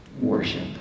worship